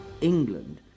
England